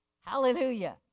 hallelujah